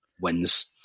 wins